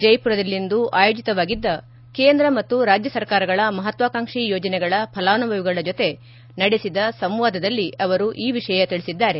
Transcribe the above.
ಜೈಮರದಲ್ಲಿಂದು ಆಯೋಜಿತವಾಗಿದ್ದ ಕೇಂದ್ರ ಮತ್ತು ರಾಜ್ಯ ಸರ್ಕಾರಗಳ ಮಹತ್ವಾಕಾಂಕ್ಷಿ ಯೋಜನೆಗಳ ಫಲಾನುಭವಿಗಳ ಜೊತೆ ನಡೆಸಿದ ಸಂವಾದದಲ್ಲಿ ಅವರು ಈ ವಿಷಯ ತಿಳಿಸಿದ್ದಾರೆ